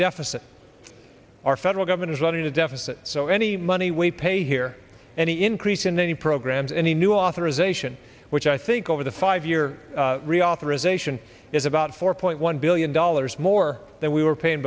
deficit our federal government is running a deficit so any money we pay here any increase in any programs any new authorization which i think over the five year reauthorization is about four point one billion dollars more than we were paying